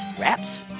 wraps